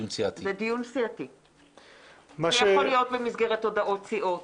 זה יכול להיות במסגרת הודעות סיעות,